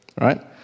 right